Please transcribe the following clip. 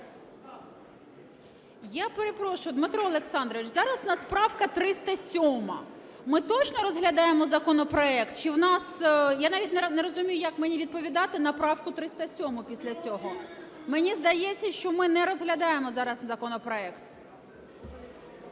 Я перепрошую, Дмитро Олександрович, зараз у нас правка 307-а. Ми точно розглядаємо законопроект чи в нас… Я навіть не розумію, як мені відповідати на правку 307 після цього. Мені здається, що ми не розглядаємо зараз законопроект.